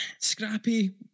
scrappy